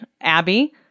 Abby